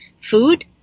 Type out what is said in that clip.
food